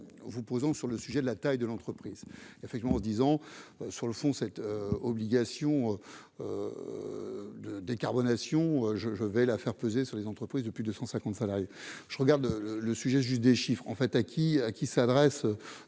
vous posant sur le sujet de la taille de l'entreprise, effectivement, disons, sur le fond, cette obligation de décarbonation je, je vais la faire peser sur les entreprises de plus de 150 salariés, je regarde le sujet des chiffres en fait acquis, à qui s'adresse